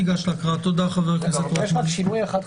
יש רק שינוי אחד,